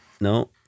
No